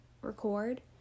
record